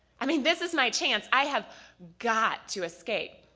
i mean, this is my chance, i have got to escape.